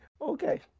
Okay